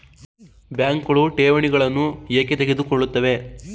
ಬ್ಯಾಂಕುಗಳು ಠೇವಣಿಗಳನ್ನು ಏಕೆ ತೆಗೆದುಕೊಳ್ಳುತ್ತವೆ?